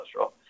cholesterol